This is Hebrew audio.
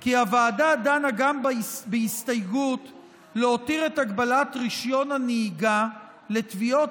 כי הוועדה דנה גם בהסתייגות להותיר את הגבלת רישיון הנהיגה לתביעות